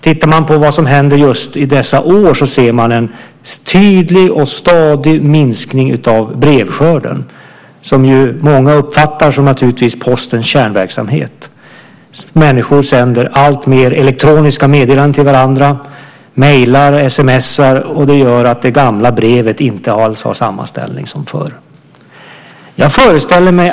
Tittar man på vad som händer just i dessa år ser man en tydlig och stadig minskning av brevskörden, som många naturligtvis uppfattar som Postens kärnverksamhet. Människor sänder alltmer elektroniska meddelanden till varandra. Man mejlar och sms:ar. Det gör att det gamla brevet inte alls har samma ställning som förr.